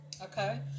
Okay